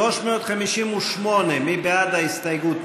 358, מי בעד ההסתייגות?